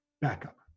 backup